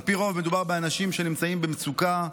על פי רוב מדובר באנשים שנמצאים במצוקה,